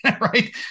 right